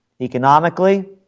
economically